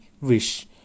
wish